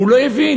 הוא לא הבין,